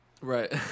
Right